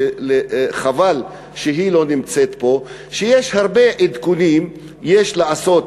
שחבל שהיא לא נמצאת פה: יש הרבה עדכונים שיש לעשות